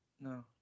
no